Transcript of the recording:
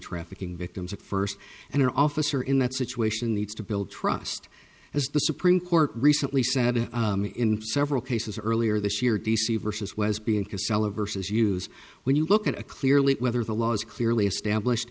trafficking victims at first and an officer in that situation that's to build trust as the supreme court recently said in several cases earlier this year d c versus was being casella versus use when you look at a clearly whether the law is clearly established